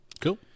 Cool